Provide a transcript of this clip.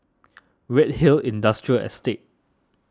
Redhill Industrial Estate